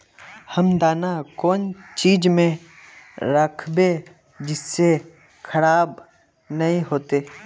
हम दाना कौन चीज में राखबे जिससे खराब नय होते?